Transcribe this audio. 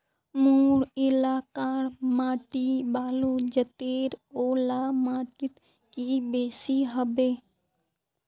मोर एलाकार माटी बालू जतेर ओ ला माटित की बेसी हबे?